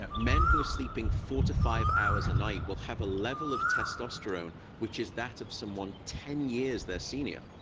ah men who are sleeping four to five hours a night will have a level of testosterone which is that of someone ten years their senior.